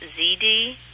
ZD